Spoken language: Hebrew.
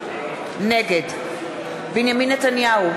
נגד בנימין נתניהו,